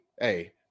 Hey